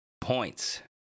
points